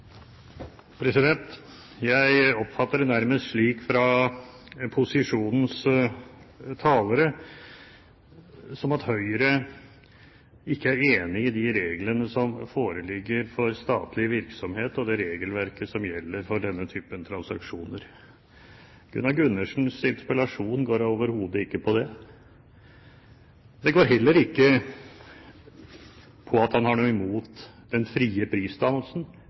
Jeg oppfatter det nærmest slik at posisjonens talere mener at Høyre ikke er enig i de reglene som foreligger for statlig virksomhet, og det regelverk som gjelder for denne typen transaksjoner. Gunnar Gundersens interpellasjon går overhodet ikke ut på det. Den går heller ikke ut på at han har noe imot den frie prisdannelsen